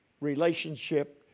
relationship